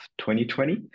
2020